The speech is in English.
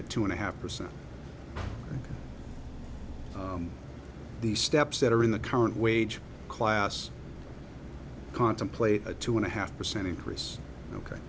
at two and a half percent the steps that are in the current wage class contemplate a two and a half percent increase ok